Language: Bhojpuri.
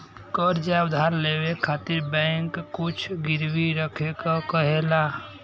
कर्ज़ या उधार लेवे खातिर बैंक कुछ गिरवी रखे क कहेला